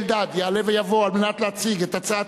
חבר הכנסת אריה אלדד יעלה ויבוא להציג את הצעת